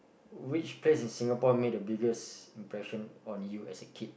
which place in Singapore made biggest impression on you as a kid